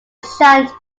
shan’t